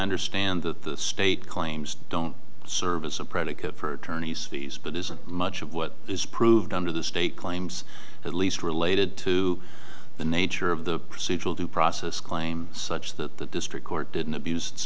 understand that the state claims don't service a predicate for attorney's fees but isn't much of what is proved under the state claims at least related to the nature of the procedural due process claim such that the district court didn't abuse